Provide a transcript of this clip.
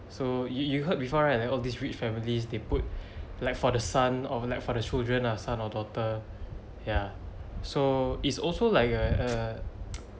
so you you heard before right like all these rich families they put like for the son or like for the children a son or daughter ya so is also like a a